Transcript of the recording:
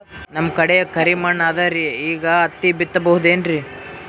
ನಮ್ ಕಡೆ ಕರಿ ಮಣ್ಣು ಅದರಿ, ಈಗ ಹತ್ತಿ ಬಿತ್ತಬಹುದು ಏನ್ರೀ?